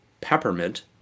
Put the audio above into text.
peppermint